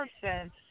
person